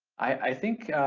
i think